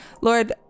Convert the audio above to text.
Lord